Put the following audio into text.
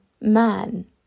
man